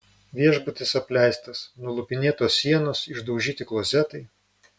viešbutis apleistas nulupinėtos sienos išdaužyti klozetai